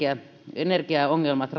energiaongelmat